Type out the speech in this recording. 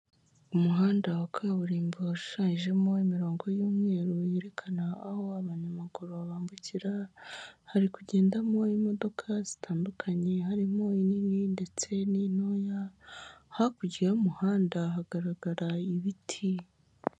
Umuhanda wa kaburimbo, hashajemo imirongo y'umweru yerekana aho abanyamaguru bambukira, hari kugendamo imodoka zitandukanye, harimo inini ndetse n'intoya, hakurya y'umuhanda hagaragara ibiti.